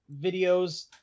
videos